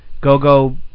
go-go